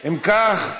אם כך,